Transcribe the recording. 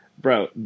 Bro